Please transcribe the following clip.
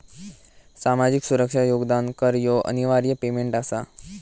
सामाजिक सुरक्षा योगदान कर ह्यो अनिवार्य पेमेंट आसा